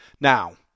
Now